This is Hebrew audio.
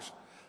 סליחה?